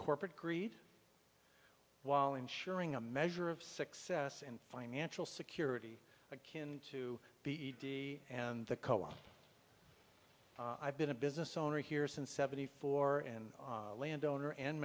corporate greed while ensuring a measure of success and financial security a kin to be edi and the coa i've been a business owner here since seventy four and a landowner